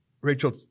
Rachel